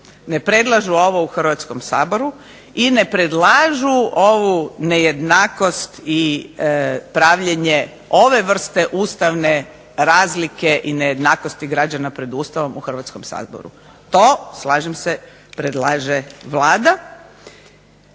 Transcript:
ne predlažu ovo u Hrvatskom saboru i ne predlažu ovu nejednakost i pravljenje ove vrste ustavne razlike i nejednakosti građana pred Ustavom u Hrvatskom saboru. To slažem se predlaže Vlada,